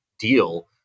deal